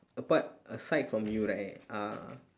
apart aside from you right uh